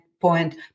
point